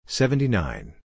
seventy-nine